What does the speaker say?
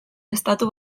estatu